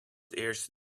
eerst